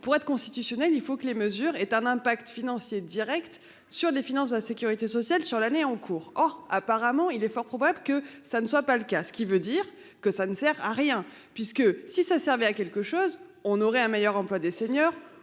Pour être constitutionnelle. Il faut que les mesures est un impact financier Direct sur les finances de la Sécurité sociale sur l'année en cours. Or, apparemment, il est fort probable que ça ne soit pas le cas, ce qui veut dire que ça ne sert à rien puisque si ça servait à quelque chose, on aurait un meilleur emploi des seniors,